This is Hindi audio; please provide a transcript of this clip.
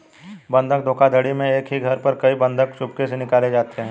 बंधक धोखाधड़ी में एक ही घर पर कई बंधक चुपके से निकाले जाते हैं